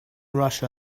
russia